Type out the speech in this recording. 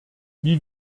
wie